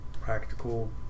practical